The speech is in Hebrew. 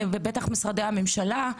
ובטח למשרדי הממשלה,